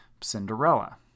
Cinderella